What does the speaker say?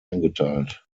eingeteilt